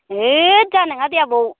eight जानाय नङा दे आबौ